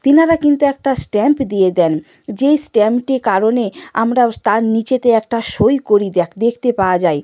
তিনারা কিন্তু একটা স্ট্যাম্প দিয়ে দেন যেই স্ট্যাম্পটি কারণে আমরা তার নিচেতে একটা সই করি দেখ দেখতে পাওয়া যায়